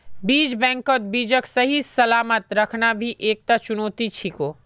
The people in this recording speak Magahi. बीज बैंकत बीजक सही सलामत रखना भी एकता चुनौती छिको